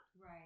Right